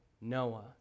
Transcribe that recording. Noah